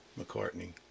McCartney